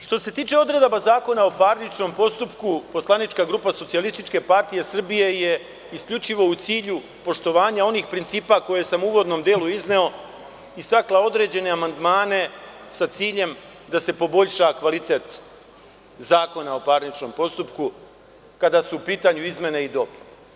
Što se tiče odredaba Zakona o parničnom postupku, poslanička grupa SPS je isključivo u cilju poštovanja onih principa, koje sam u uvodnom delu izneo, istakla određene amandmane sa ciljem da se poboljša kvalitet Zakona o parničnom postupku, kada su u pitanju izmene i dopune.